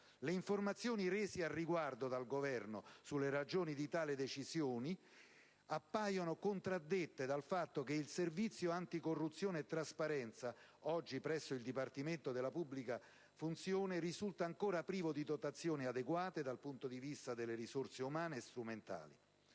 Le informazioni rese al riguardo dal Governo sulle ragioni di tale decisione appaiono contraddette dal fatto che il servizio anticorruzione e trasparenza, oggi presso il dipartimento della funzione pubblica, risulta ancora privo di dotazioni adeguate dal punto di vista delle risorse umane e strumentali.